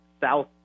South